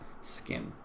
skin